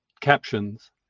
captions